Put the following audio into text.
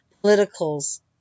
politicals